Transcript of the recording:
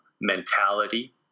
mentality